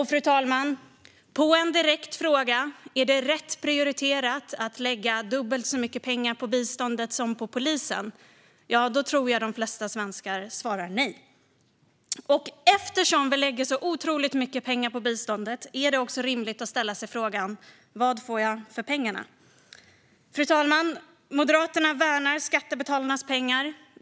Jag tror att de flesta svenskar svarar nej på den direkta frågan: Är det rätt prioriterat att lägga dubbelt så mycket pengar på biståndet som på polisen? Eftersom vi lägger så otroligt mycket pengar på biståndet är det också rimligt att ställa sig frågan: Vad får jag för pengarna? Fru talman! Moderaterna värnar skattebetalarnas pengar.